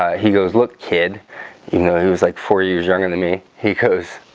he goes look kid you know he was like four years younger than me he goes